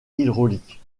hydraulique